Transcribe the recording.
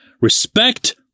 Respect